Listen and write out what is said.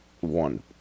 one